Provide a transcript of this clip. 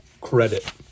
credit